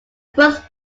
first